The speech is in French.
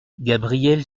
gabrielle